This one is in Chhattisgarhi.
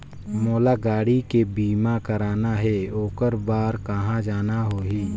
मोला गाड़ी के बीमा कराना हे ओकर बार कहा जाना होही?